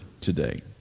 today